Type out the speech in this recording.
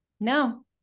No